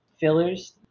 fillers